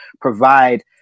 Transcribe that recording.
provide